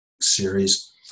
series